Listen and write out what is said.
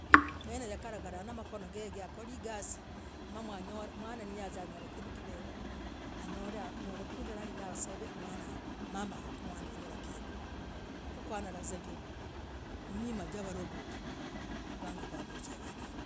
Mwene yakaragaa namakono gege, hakorii igasii mwa mwana nahaza hanyole kinduu kivehoo hanyole kinduu nesav mama nekemwana hulah kinduu. ko kwanyalah vuzah ndioo. mwima chavalagoli kwenge kwakaduuka wenewooh.